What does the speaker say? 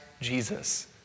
Jesus